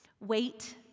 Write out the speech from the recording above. wait